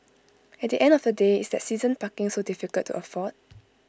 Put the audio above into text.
at the end of the day is that season parking so difficult to afford